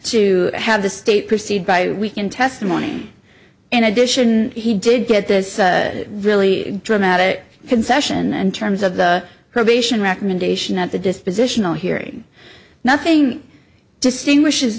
to have the state proceed by week in testimony in addition he did get this really dramatic concession and terms of the probation recommendation at the dispositional hearing nothing distinguishes